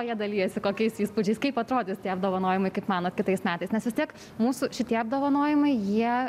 jie dalijasi kokiais įspūdžiais kaip atrodys tie apdovanojimai kaip manot kitais metais nes vis tiek mūsų šitie apdovanojimai jie